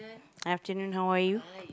afternoon how are you